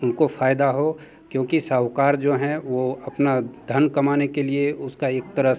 उनको फायदा हो क्योंकि साहूकार जो हैं वो अपना धन कमाने के लिए उसका एक तरह से